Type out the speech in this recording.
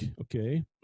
okay